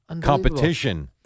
Competition